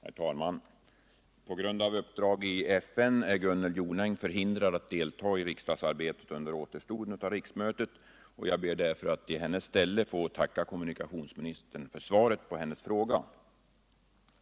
Herr talman! På grund av uppdrag i FN är Gunnel Jonäng förhindrad att delta i riksdagsarbetet under återstoden av riksmötet. Jag ber därför att i hennes ställe få tacka kommunikationsministern för svaret på hennes fråga.